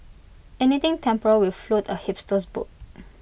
anything temporal will float A hipster's boat